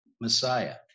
Messiah